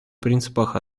принципах